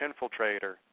infiltrator